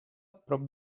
prop